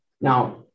Now